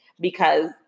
Because-